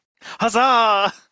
Huzzah